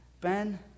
Ben